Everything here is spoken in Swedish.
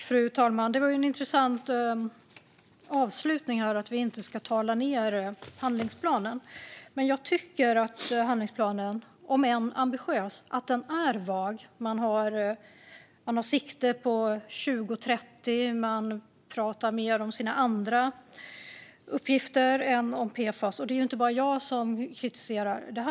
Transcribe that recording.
Fru talman! Det var en intressant avslutning, att vi inte ska prata ned handlingsplanen. Men jag tycker att handlingsplanen, om än ambitiös, är vag. Man har sikte på år 2030, och man pratar mer om sina andra uppgifter än om PFAS. Det är inte bara jag som kritiserar detta.